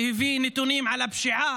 שהביא נתונים על הפשיעה